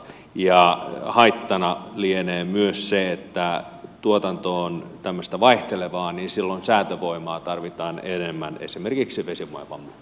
ja haittana lienee myös se että kun tuotanto on tämmöistä vaihtelevaa niin silloin säätövoimaa tarvitaan enemmän esimerkiksi vesivoiman muodossa